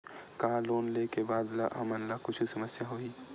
का लोन ले के बाद हमन ला कुछु समस्या होही?